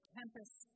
tempest